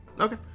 Okay